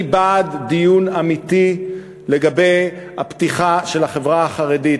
אני בעד דיון אמיתי לגבי הפתיחה של החברה החרדית.